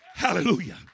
Hallelujah